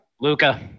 Luca